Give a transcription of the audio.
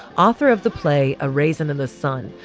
author of the play a raisin in the sun.